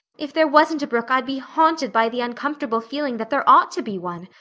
if there wasn't a brook i'd be haunted by the uncomfortable feeling that there ought to be one.